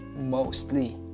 mostly